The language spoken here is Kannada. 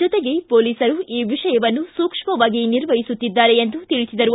ಜೊತೆಗೆ ಪೊಲೀಸರು ಈ ವಿಷಯವನ್ನು ಸೂಕ್ಷ್ಮವಾಗಿ ನಿರ್ವಹಿಸುತ್ತಿದ್ದಾರೆ ಎಂದು ತಿಳಿಸಿದರು